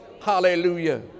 Hallelujah